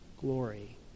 glory